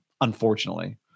unfortunately